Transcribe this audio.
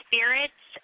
Spirits